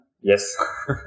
Yes